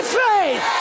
faith